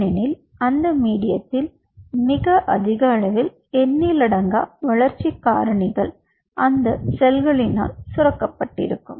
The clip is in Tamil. ஏனெனில் அந்த மீடியத்தில் மிக அதிகளவில் எண்ணிலடங்கா வளர்ச்சி காரணிகள் அந்த செல்களினால் சுரக்கப்பட்டிருக்கும்